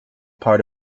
part